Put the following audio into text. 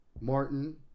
Martin